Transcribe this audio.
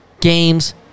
games